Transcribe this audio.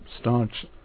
staunch